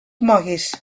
moguis